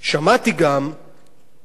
מהעיתונות החרדית, כמובן, כי